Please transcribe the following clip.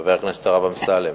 חבר הכנסת הרב אמסלם,